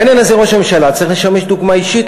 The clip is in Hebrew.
בעניין הזה ראש הממשלה צריך לשמש דוגמה אישית,